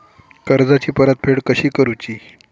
कर्जाची परतफेड कशी करुची?